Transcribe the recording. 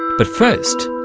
but first,